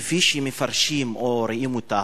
כפי שמפרשים או רואים אותה,